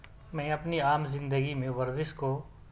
میں اپنی عام زندگی میں ورزش کو